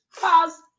Pause